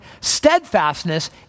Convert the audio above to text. Steadfastness